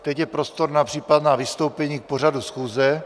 Teď je prostor na případná vystoupení k pořadu schůze.